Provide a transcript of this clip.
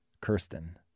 Kirsten